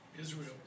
Israel